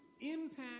impact